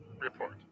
Report